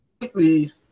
completely